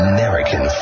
American